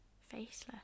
faceless